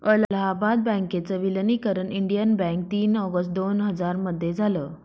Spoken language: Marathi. अलाहाबाद बँकेच विलनीकरण इंडियन बँक तीन ऑगस्ट दोन हजार मध्ये झालं